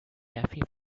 taffy